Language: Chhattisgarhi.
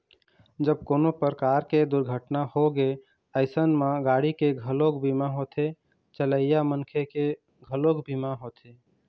जब कोनो परकार के दुरघटना होगे अइसन म गाड़ी के घलोक बीमा होथे, चलइया मनखे के घलोक बीमा होथे